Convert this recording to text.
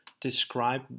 describe